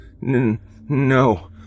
no